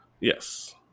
Yes